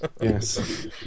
Yes